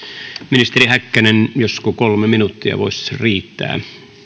ministeri häkkänen josko kolme minuuttia voisi riittää